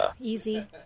Easy